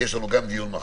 כי יש לנו דיון גם מחר,